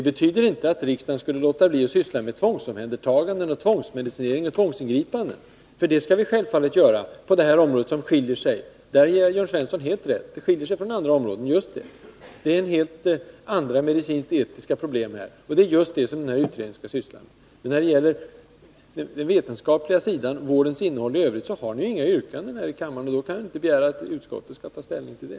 Det betyder inte att riksdagen skulle underlåta att ta upp frågor om tvångsomhändertagande och tvångsmedicinering. Jörn Svensson har helt rätt i att detta område skiljer sig från andra medicinska områden. Det gäller här speciella Nr 22 medicinskt-etiska problem, och det är just sådana som utredningen skall ägna sig åt. När det gäller innehållet i vården i övrigt, dvs. dennas rent vetenskapliga sida, har det inte ställts några yrkanden, och då kan man inte heller begära att utskottet skall ta ställning till det.